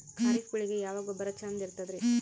ಖರೀಪ್ ಬೇಳಿಗೆ ಯಾವ ಗೊಬ್ಬರ ಚಂದ್ ಇರತದ್ರಿ?